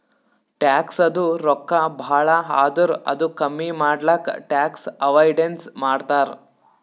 ಟ್ಯಾಕ್ಸದು ರೊಕ್ಕಾ ಭಾಳ ಆದುರ್ ಅದು ಕಮ್ಮಿ ಮಾಡ್ಲಕ್ ಟ್ಯಾಕ್ಸ್ ಅವೈಡನ್ಸ್ ಮಾಡ್ತಾರ್